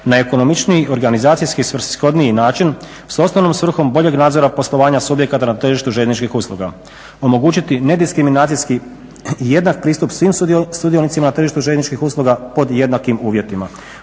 na ekonomičniji organizacijski svrsishodniji način s osnovnom svrhom boljeg nadzora poslovanja subjekata na tržištu željezničkih usluga. Omogućiti će se nediskriminacijski jednak pristup svim sudionicima na tržištu željezničkih usluga pod jednakim uvjetima.